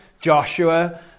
Joshua